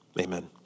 Amen